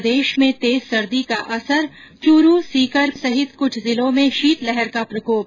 प्रदेश में तेज सर्दी का असर चूरू सीकर सहित कुछ जिलों में शीत लहर का प्रकोप